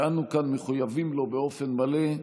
שאנו כאן מחויבים לו באופן מלא.